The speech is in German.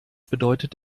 bedeutet